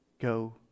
go